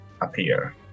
appear